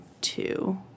two